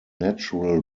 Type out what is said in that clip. natural